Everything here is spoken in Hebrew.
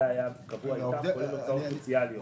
זה היה הקבוע כולל הוצאות סוציאליות.